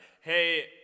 Hey